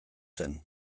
zen